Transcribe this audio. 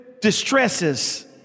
distresses